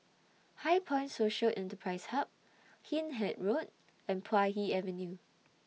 HighPoint Social Enterprise Hub Hindhede Road and Puay Hee Avenue